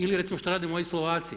Ili recimo šta rade moji Slovaci?